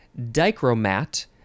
dichromat